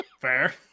Fair